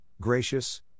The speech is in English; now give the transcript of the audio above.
gracious